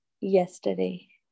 yesterday